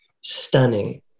stunning